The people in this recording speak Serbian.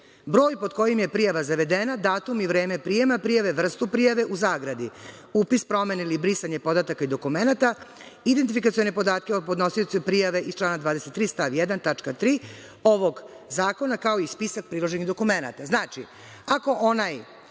broj pod kojim je prijava zavedena, datum i vreme prijema prijave, vrstu prijave (upis promene ili brisanje podataka i dokumenata, identifikacione podatke o podnosiocu prijave iz člana 23. stav 1. tačka 3. ovog zakona, kao i spisak priloženih dokumenata).Znači, ako onaj